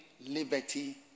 liberty